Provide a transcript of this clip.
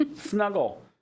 snuggle